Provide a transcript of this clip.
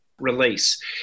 release